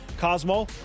Cosmo